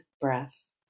breath